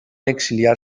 exiliar